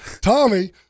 Tommy